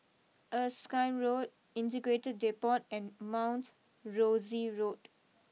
Erskine Road Integrated Depot and Mount Rosie Road